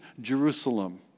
Jerusalem